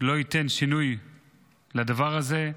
לא ייתן שינוי לדבר הזה,